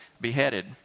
beheaded